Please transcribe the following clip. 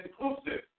inclusive